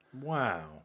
Wow